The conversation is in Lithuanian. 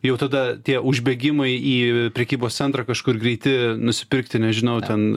jau tada tie užbėgimai į prekybos centrą kažkur greiti nusipirkti nežinau ten